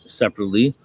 separately